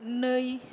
नै